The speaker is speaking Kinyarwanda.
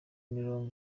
mirongo